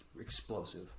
explosive